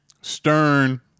Stern